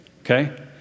okay